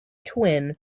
twin